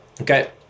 Okay